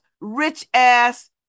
rich-ass